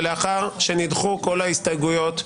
ולאחר שנדחו כל ההסתייגויות,